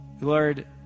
Lord